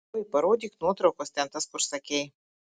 oi parodyk nuotraukas ten tas kur sakei